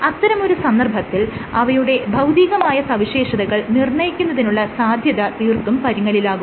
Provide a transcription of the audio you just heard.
അത്തരമൊരു സന്ദർഭത്തിൽ അവയുടെ ഭൌതികമായ സവിശേഷതകൾ നിർണ്ണയിക്കുന്നതിനുള്ള സാധ്യത തീർത്തും പരുങ്ങലിലാകുന്നു